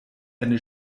eine